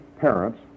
parents